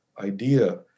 idea